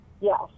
yes